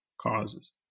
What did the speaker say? causes